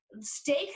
stay